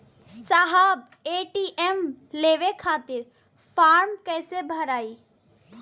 साहब ए.टी.एम लेवे खतीं फॉर्म कइसे भराई?